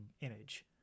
image